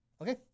Okay